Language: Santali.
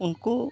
ᱩᱱᱠᱩ